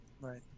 Right